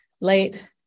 late